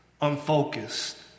unfocused